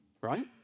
Right